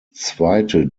zweite